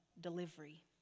delivery